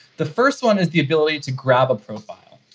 the first one is the ability to grab a profile.